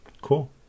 cool